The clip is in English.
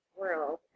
world